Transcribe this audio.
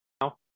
now